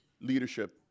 leadership